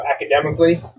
academically